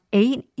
eight